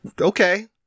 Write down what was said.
Okay